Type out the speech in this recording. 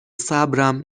صبرم